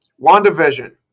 WandaVision